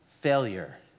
Failure